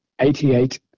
88